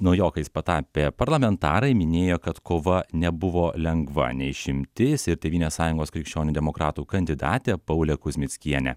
naujokais patapę parlamentarai minėjo kad kova nebuvo lengva ne išimtis ir tėvynės sąjungos krikščionių demokratų kandidatė paulė kuzmickienė